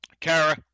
Kara